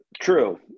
true